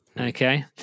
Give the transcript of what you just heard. okay